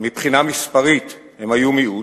מבחינה מספרית הם היו מיעוט,